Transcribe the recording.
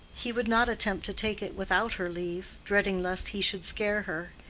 he would not attempt to take it without her leave, dreading lest he should scare her.